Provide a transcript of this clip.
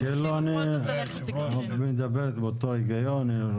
אתה מדברת באותו היגיון,